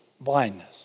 blindness